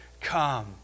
come